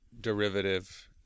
derivative